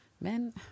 men